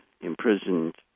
imprisoned